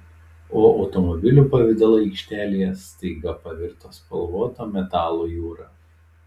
o automobilių pavidalai aikštelėje staiga pavirto spalvoto metalo jūra